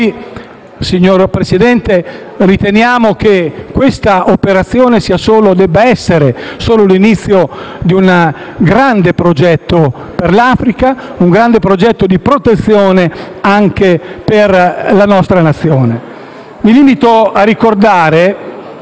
signor Presidente, riteniamo che questa operazione debba essere solo l'inizio di un grande progetto per l'Africa, un grande progetto di protezione anche per la nostra Nazione. Mi limito a ricordare